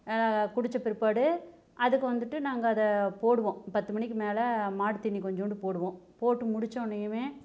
குடித்த பிற்பாடு அதுக்கு வந்துட்டு நாங்கள் அதை போடுவோம் பத்து மணிக்கு மேல் மாட்டுத்தீனி கொஞ்சோண்டு போடுவோம் போட்டு முடிச்சோடனையுமே